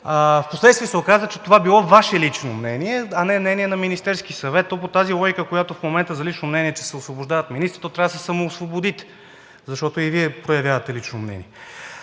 Впоследствие се оказа, че това било Ваше лично мнение, а не мнение на Министерския съвет. То по тази логика, която е в момента, че за лично мнение се освобождават министри, то трябва да се самоосвободите, защото и Вие проявявате лично мнение.